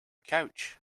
couch